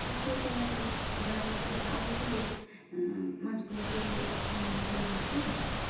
এক জায়গায় চলে আসলে এবার আমি ওটা জাল ফেললে মাছগুলোকে একসঙ্গে অনেকগুলো মাছকেই ধরা যায়